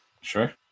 Sure